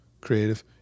creative